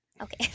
Okay